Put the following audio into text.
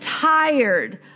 tired